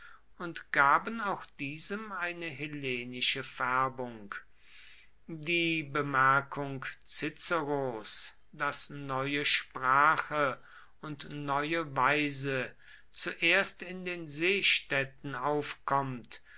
und gaben auch diesem eine hellenische färbung die bemerkung ciceros daß neue sprache und neue weise zuerst in den seestädten aufkommt